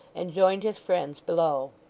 and joined his friends below.